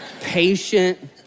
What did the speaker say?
patient